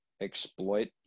exploit